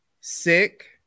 sick